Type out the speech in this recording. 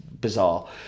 bizarre